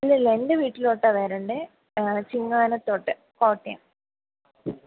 ഇല്ല ഇല്ല എൻ്റെ വീട്ടിലോട്ടാണ് വരേണ്ടത് ചിങ്ങവനത്തോട്ട് കോട്ടയം